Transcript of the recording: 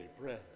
bread